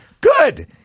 Good